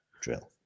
drill